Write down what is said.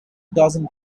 dozen